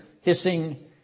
hissing